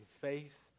faith